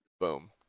Boom